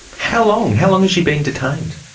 how long how long has she been detained?